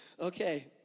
Okay